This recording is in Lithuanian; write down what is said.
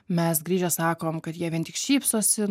mes grįžę sakom kad jie vien tik šypsosi